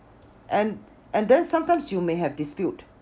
and and then sometimes you may have dispute